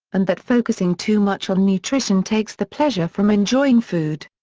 and that focusing too much on nutrition takes the pleasure from enjoying food.